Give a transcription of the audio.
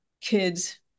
kids